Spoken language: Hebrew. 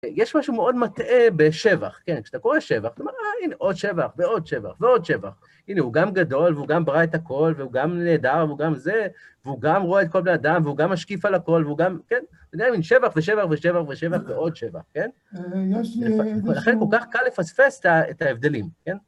יש משהו מאוד מטעה בשבח, כן, כשאתה קורא שבח, אומר, הינה, עוד שבח, ועוד שבח, ועוד שבח. הינה, הוא גם גדול, והוא גם ברא את הכול, והוא גם נהדר, והוא גם זה, והוא גם רואה את כל בני האדם, והוא גם משקיף על הכול, והוא גם, כן, זה מין שבח, ושבח, ושבח, ושבח, ועוד שבח, כן? יש לי משהו. ולכן כל כך קל לפספס את ה, את ההבדלים, כן?